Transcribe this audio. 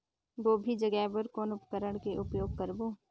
गोभी जगाय बर कौन उपकरण के उपयोग करबो?